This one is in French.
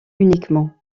uniquement